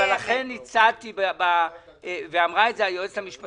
לכן הצעתי בפעם הקודמת ואמרה את זה עכשיו גם היועצת המשפטית